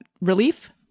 relief